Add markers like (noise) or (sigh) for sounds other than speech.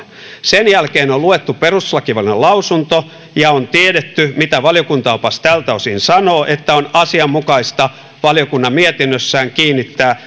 sen jälkeen on on luettu perustuslakivaliokunnan lausunto ja on tiedetty mitä valiokuntaopas tältä osin sanoo että on asianmukaista valiokunnan mietinnössään kiinnittää (unintelligible)